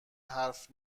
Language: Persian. حرف